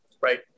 right